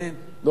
דב חנין.